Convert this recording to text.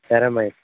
సరే అమ్మాయి